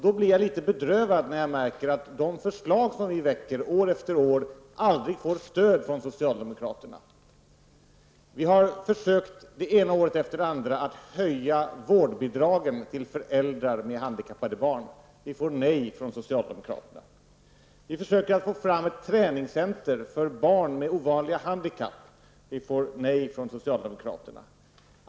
Då blir jag litet bedrövad när jag märker att de förslag som vi väcker år efter år aldrig får stöd från socialdemokraterna. Vi har försökt det ena året efter det andra att höja vårdbidragen till föräldrar med handikappade barn. Vi får nej från socialdemokraterna. Vi försöker att få fram ett träningscenter för barn med ovanliga handikapp. Vi får nej från socialdemokraterna.